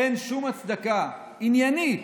אין שום הצדקה עניינית